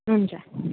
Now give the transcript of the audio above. हुन्छ